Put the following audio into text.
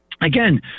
Again